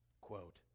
quote